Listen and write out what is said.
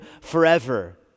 forever